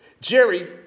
Jerry